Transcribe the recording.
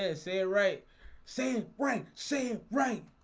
yes, a ah right see bring see right,